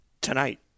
Tonight